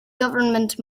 government